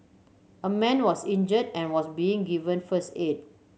a man was injured and was being given first aid